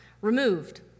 removed